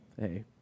Hey